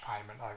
payment